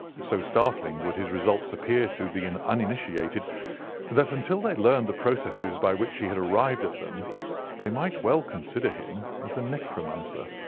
so startling would his results appear to the and uninitiated that until they learned the processes by which he had arrived at them they might well consider him as a necromancer.